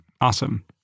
Awesome